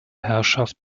herrschaft